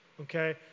okay